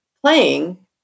playing